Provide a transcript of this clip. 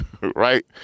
Right